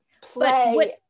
play